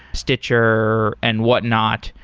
stitcher and what not.